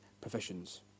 professions